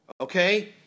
Okay